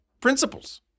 principles